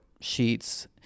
sheets